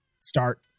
start